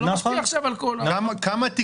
זה לא משפיע עכשיו על כל ה --- כמה זה משפיע?